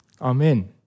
Amen